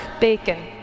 Bacon